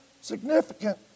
significant